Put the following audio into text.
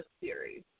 series